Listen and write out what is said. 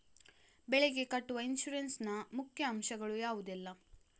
ಬೆಳೆಗೆ ಕಟ್ಟುವ ಇನ್ಸೂರೆನ್ಸ್ ನ ಮುಖ್ಯ ಅಂಶ ಗಳು ಯಾವುದೆಲ್ಲ?